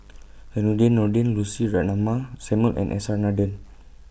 Zainudin Nordin Lucy Ratnammah Samuel and S R Nathan